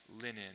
linen